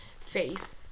face